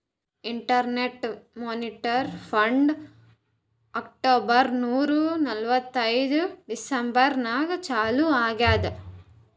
international Monetary Fund ಹತ್ತೊಂಬತ್ತ್ ನೂರಾ ನಲ್ವತ್ತೈದು ಡಿಸೆಂಬರ್ ನಾಗ್ ಚಾಲೂ ಆಗ್ಯಾದ್